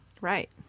Right